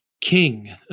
king